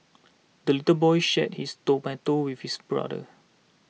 the little boy shared his tomato with his brother